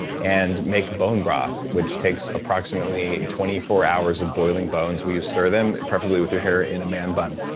and make bone broth, which takes approximately twenty four hours of boiling bones where you stir them, preferably with your hair in a man bun.